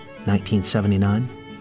1979